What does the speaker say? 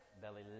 belly